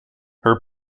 her